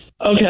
okay